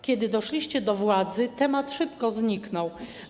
Kiedy doszliście do władzy, to temat szybko zniknął.